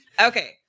Okay